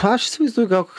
aš įsivaizduoju gal